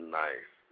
nice